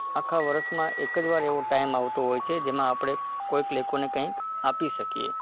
આખા વર્ષમાં એક જ વાર એવો ટાઇમ આવતો હોય છે જેમાં આપણે કોઈક લોકોને કંઈક આપી શકીએ